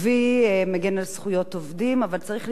אבל צריך לזכור על מה אנחנו בעצם באים ומדברים.